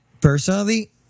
personally